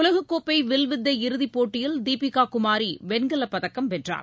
உலகக்கோப்பைவில்வித்தை இறுதிப் போட்டியில் தீபிகாகுமாரிவெண்கலப் பதக்கம் வென்றார்